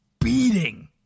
beating